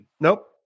Nope